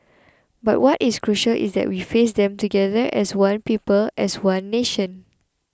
but what is crucial is that we face them together as one people as one nation